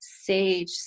sage